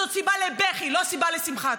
זאת סיבה לבכי, לא סיבה לשמחה.